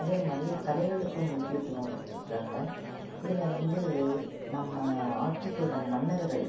அதே மாதிரி கலைகளுக்கு முக்கியத்துவம் கொடுத்துருக்கறாங்க இதில் வந்து நம்ம ஆட்சி செய்த மன்னர்கள்